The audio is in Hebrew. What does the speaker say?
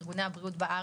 ארגוני הבריאות בארץ,